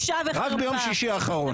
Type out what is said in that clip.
רק ביום שישי האחרון.